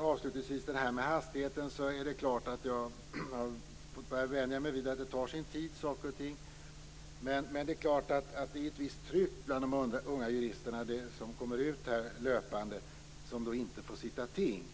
Avslutningsvis vill jag beträffande hastigheten säga att jag har fått börja vänja mig vid att saker och ting tar sin tid. Men det är klart att det är ett visst tryck bland de unga jurister som löpande kommer ut som färdigutbildade och som inte får sitta ting.